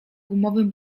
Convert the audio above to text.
gumowym